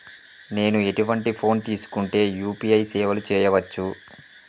నేను ఎటువంటి ఫోన్ తీసుకుంటే యూ.పీ.ఐ సేవలు చేయవచ్చు?